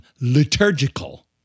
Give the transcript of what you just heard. liturgical